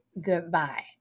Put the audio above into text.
goodbye